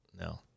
No